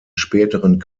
späteren